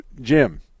Jim